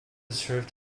served